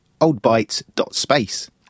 oldbytes.space